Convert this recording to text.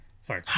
Sorry